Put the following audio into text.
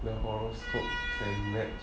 the horoscope can match